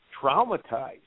traumatized